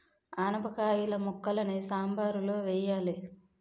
ఆనపకాయిల ముక్కలని సాంబారులో వెయ్యాలి